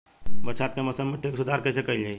बरसात के मौसम में मिट्टी के सुधार कईसे कईल जाई?